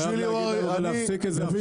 חייב לתת הוראה להפסיק את זה עכשיו.